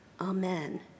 Amen